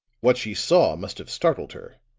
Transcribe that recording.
what she saw must have startled her,